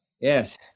Yes